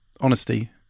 honesty